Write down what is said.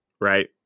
right